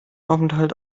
aufenthalt